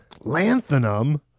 lanthanum